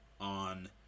on